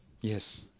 Yes